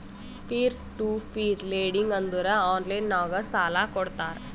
peer to peer lending ಅಂದುರ್ online ನಾಗ್ ಸಾಲಾ ಕೊಡ್ತಾರ